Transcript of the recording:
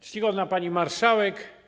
Czcigodna Pani Marszałek!